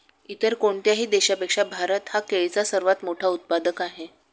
इतर कोणत्याही देशापेक्षा भारत हा केळीचा सर्वात मोठा उत्पादक आहे